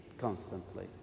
constantly